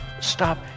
stop